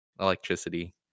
electricity